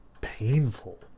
painful